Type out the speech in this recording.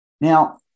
Now